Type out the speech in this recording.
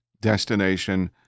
destination